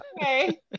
okay